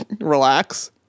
relax